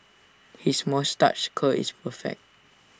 his moustache curl is perfect